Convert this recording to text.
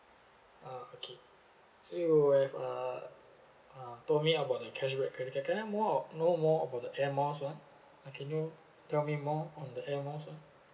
ah okay so you have uh uh told me about the cashback credit card can I more of know more about the air miles one uh can you tell me more on the air miles one